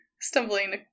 stumbling